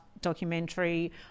documentary